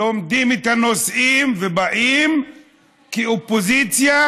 לומדים את הנושאים ובאים כאופוזיציה,